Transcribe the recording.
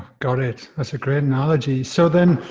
got it. that's a great analogy. so then